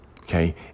okay